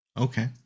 Okay